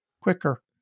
quicker